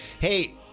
Hey